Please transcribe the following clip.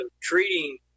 treating